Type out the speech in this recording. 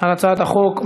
על הצעת החוק.